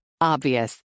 Obvious